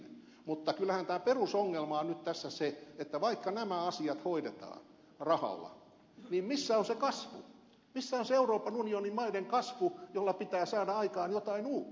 mutta kyllähän tämä perusongelma on nyt tässä se että vaikka nämä asiat hoidetaan rahalla niin missä on se kasvu missä on se euroopan unionin maiden kasvu jolla pitää saada aikaan jotain uutta